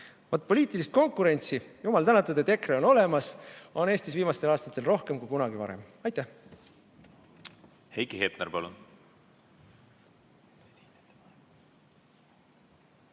Vaat, poliitilist konkurentsi on – jumal tänatud, et EKRE on olemas –, Eestis viimastel aastatel rohkem kui kunagi varem. Aitäh!